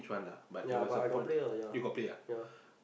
ya but I got on ya ya